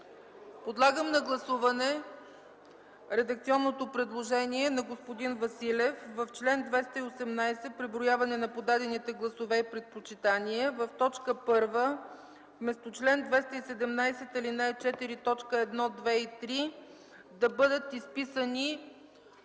Подлагам на гласуване редакционното предложение на господин Василев в чл. 218 „Преброяване на подадените гласове и предпочитания” в т. 1 вместо „чл. 217, ал. 4, точки 1, 2 и 3” да бъдат изписани